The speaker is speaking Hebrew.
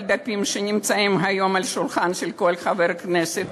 הדפים שנמצאים היום על השולחן של כל חבר כנסת.